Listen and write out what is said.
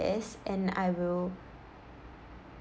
and I will